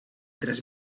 tres